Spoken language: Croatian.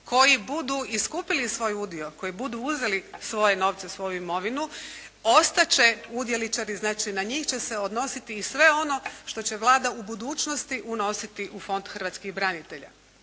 koji budu iskupili svoj udio, koji budu uzeli svoje novce, svoju imovinu, ostat će udjeličari. Znači, na njih će se odnositi i sve ono što će Vlada u budućnosti unositi u Fond hrvatskih branitelja.